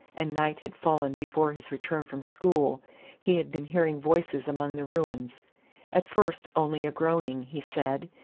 and night had fallen before his return from school he had been hearing voices among the ruins at first only a groaning, he said,